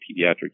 pediatric